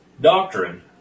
doctrine